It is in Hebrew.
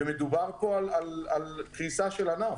מדובר על קריסה של ענף